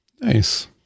Nice